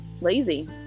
lazy